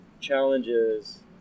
challenges